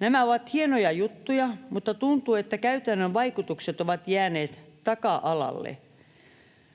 Nämä ovat hienoja juttuja, mutta tuntuu, että käytännön vaikutukset ovat jääneet taka-alalle.